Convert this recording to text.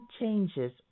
changes